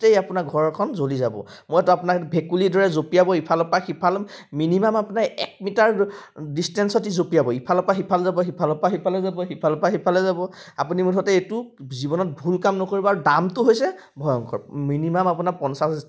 গোটেই আপোনাৰ ঘৰখন জ্বলি যাব মইতো আপোনাক ভেকুলী দৰে জঁপিয়াব ইফালৰ পৰা সিফাল মিনিমাম আপোনাৰ এক মিটাৰ ডিষ্টেন্সত জঁপিয়াব ইফালৰ পৰা সিফাল যাব সিফালৰ পৰা সিফালে যাব সিফালৰ পৰা সিফালে যাব আপুনি মুঠতে এইটো জীৱনত ভুল কাম নকৰিব আৰু দামটো হৈছে ভয়ংকৰ মিনিমাম আপোনাৰ পঞ্চাছ